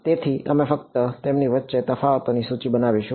તેથી અમે ફક્ત તેમની વચ્ચેના તફાવતોની સૂચિ બનાવીશું